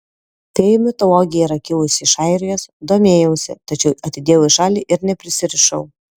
fėjų mitologija yra kilusi iš airijos domėjausi tačiau atidėjau į šalį ir neprisirišau